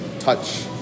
Touch